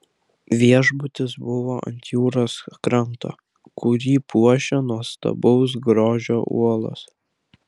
viešbutis buvo ant jūros kranto kurį puošia nuostabaus grožio uolos